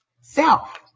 self